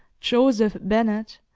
joseph bennet,